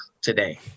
today